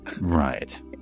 Right